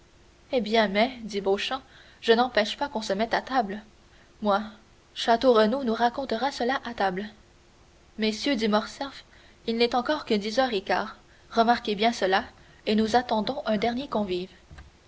eh bien mais dit beauchamp je n'empêche pas qu'on se mette à table moi château renaud nous racontera cela à table messieurs dit morcerf il n'est encore que dix heures un quart remarquez bien cela et nous attendons un dernier convive